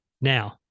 now